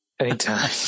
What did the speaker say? Anytime